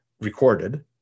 recorded